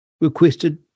requested